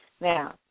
Now